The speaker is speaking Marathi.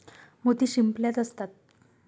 मोती शिंपल्यात असतात